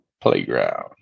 Playground